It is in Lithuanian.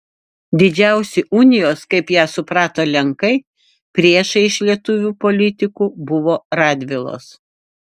didžiausi unijos kaip ją suprato lenkai priešai iš lietuvių politikų buvo radvilos